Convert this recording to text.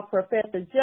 Professor